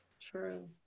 True